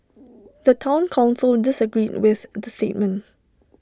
the Town Council disagreed with the statement